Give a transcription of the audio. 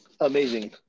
Amazing